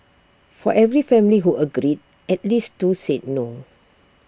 for every family who agreed at least two said no